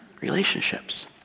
relationships